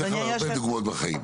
זה ככה בהרבה דוגמאות בחיים.